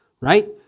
Right